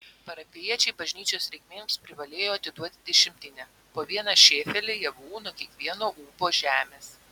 parapijiečiai bažnyčios reikmėms privalėjo atiduoti dešimtinę po vieną šėfelį javų nuo kiekvieno ūbo žemės